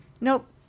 nope